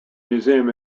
museum